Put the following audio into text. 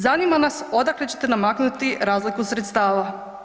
Zanima nas odakle ćete namaknuti razliku sredstava?